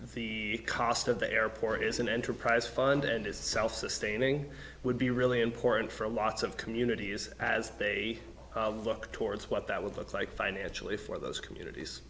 the cost of the airport is an enterprise fund and is self sustaining would be really important for lots of communities as they look towards what that would look like financially for those communities